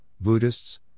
Buddhists